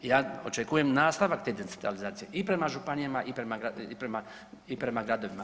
I ja očekujem nastavak te decentralizacije i prema županijama i prema gradovima.